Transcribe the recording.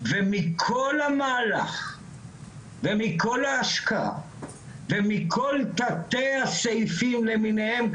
ומכל המהלך ומכל ההשקעה ומכל תתי הסעיפים למיניהם,